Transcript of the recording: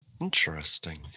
Interesting